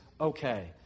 okay